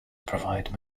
provide